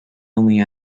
only